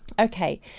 Okay